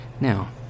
Now